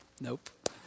Nope